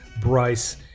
Bryce